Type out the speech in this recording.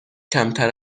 کمتر